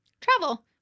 Travel